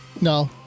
No